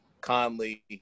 Conley